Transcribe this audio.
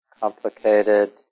complicated